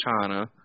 China